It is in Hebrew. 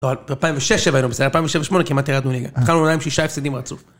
ב-2006 היינו בסדר, ב-2007-2008 כמעט ירדנו ליגה. התחלנו עם שישה הפסדים רצוף.